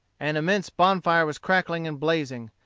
an immense bonfire was crackling and blazing,